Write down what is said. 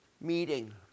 meeting